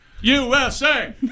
USA